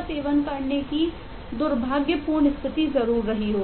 seven करने की दुर्भाग्यपूर्ण स्थिति है